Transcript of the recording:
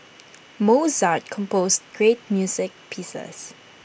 Mozart composed great music pieces